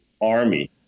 army